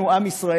לנו, עם ישראל,